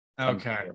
Okay